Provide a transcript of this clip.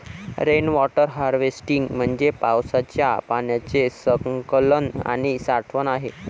rain water harvesting म्हणजे पावसाच्या पाण्याचे संकलन आणि साठवण आहे